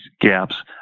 gaps